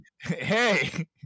Hey